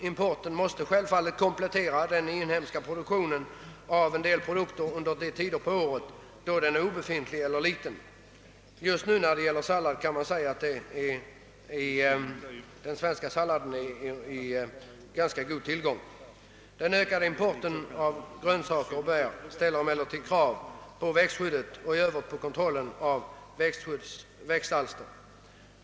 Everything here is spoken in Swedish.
Importen måste självfallet komplettera den inhemska produktionen under de tider av året då vår egen produktion är obefintlig eller liten. Just nu kan man säga att vi har en ganska god tillgång på svensk sallad. Den ökade importen av grönsaker och bär ställer emellertid större krav på växtskyddsverksamheten och även på kontrollen av växtalster.